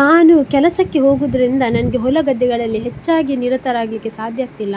ನಾನು ಕೆಲಸಕ್ಕೆ ಹೋಗೋದ್ರಿಂದ ನನಗೆ ಹೊಲ ಗದ್ದೆಗಳಲ್ಲಿ ಹೆಚ್ಚಾಗಿ ನಿರತರಾಗಲಿಕ್ಕೆ ಸಾದ್ಯಾಗ್ತಿಲ್ಲ